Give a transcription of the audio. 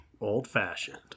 Old-fashioned